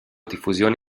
diffusione